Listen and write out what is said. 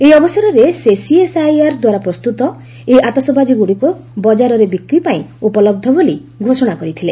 ଏହି ଅବସରରେ ସେ ସିଏସ୍ଆଇଆର୍ଦ୍ୱାରା ପ୍ରସ୍ତୁତ ଏହି ଆତସବାଜିଗୁଡ଼ିକ ବଜାରରେ ବିକ୍ରି ପାଇଁ ଉପଲହ ବୋଲି ଘୋଷଣା କରିଥିଲେ